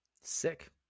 sick